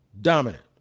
Dominant